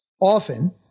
often